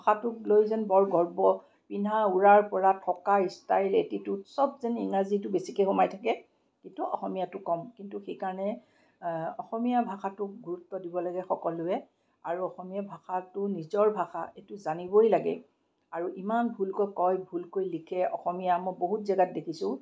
ভাষাটোক লৈ যেন বৰ গৰ্ব পিন্ধা উৰাৰ পৰা থকা ষ্টাইল এটিটিউড চব যেন ইংৰাজীটো বেছিকে সোমাই থাকে কিন্তু অসমীয়াটো কম কিন্তু সেইকাৰণে অসমীয়া ভাষাটোক গুৰুত্ব দিব লাগে সকলোৱে আৰু অসমীয়া ভাষাটো নিজৰ ভাষা এইটো জানিবই লাগে আৰু ইমান ভুলকৈ কয় ভুলকৈ লিখে অসমীয়া মই বহুত জেগাত দেখিছোঁ